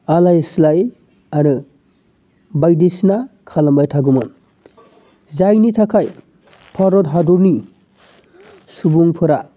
आलाय सिलाय आरो बायदिसिना खालामबाय थागौमोन जायनि थाखाय भारत हादरनि सुबुंफोरा